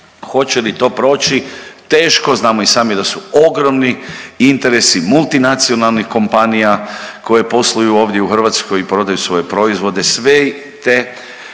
Hoće li to proći? Teško, znamo i sami da su ogromni interesi multinacionalnih kompanija koje posluju ovdje u Hrvatskoj i prodaju svoje proizvode,